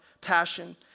passion